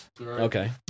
okay